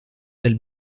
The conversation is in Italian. del